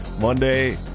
Monday